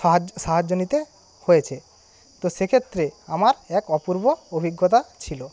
সাহায্য সাহায্য নিতে হয়েছে তো সেক্ষেত্রে আমার এক অপূর্ব অভিজ্ঞতা ছিল